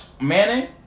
Manning